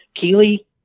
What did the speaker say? Keely